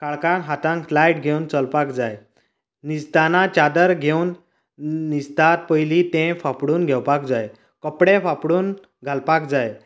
काळखांत हातांत लायट घेवन चलपाक जाय न्हिजताना चादर घेवन न्हिजता पयली तें फाफडून घेवपाक जाय कपडे फाफडून घालपाक जाय